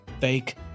fake